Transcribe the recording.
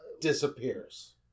disappears